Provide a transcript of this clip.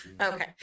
Okay